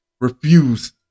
refuse